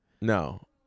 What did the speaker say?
No